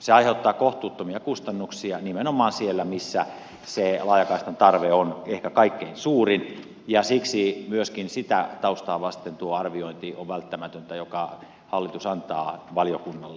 se aiheuttaa kohtuuttomia kustannuksia nimenomaan siellä missä se laajakaistan tarve on ehkä kaikkein suuri ja siksi myöskin sitä taustaa vasten tuo arviointi on välttämätöntä jonka hallitus antaa valiokunnalle